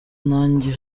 nanjye